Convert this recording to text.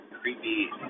creepy